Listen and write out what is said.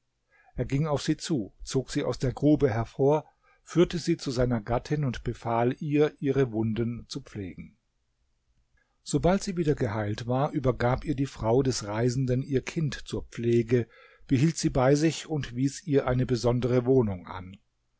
er ging auf sie zu zog sie aus der grube hervor führte sie zu seiner gattin und befahl ihr ihre wunden zu pflegen sobald sie wieder geheilt war übergab ihr die frau des reisenden ihr kind zur pflege behielt sie bei sich und wies ihr eine besondere wohnung an